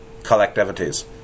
collectivities